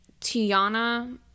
Tiana